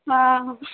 ହଁ